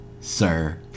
sir